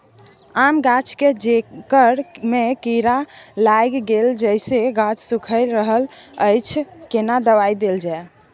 आम गाछ के जेकर में कीरा लाईग गेल जेसे गाछ सुइख रहल अएछ केना दवाई देल जाए?